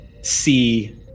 see